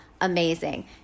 amazing